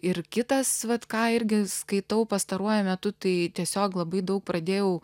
ir kitas vat ką irgi skaitau pastaruoju metu tai tiesiog labai daug pradėjau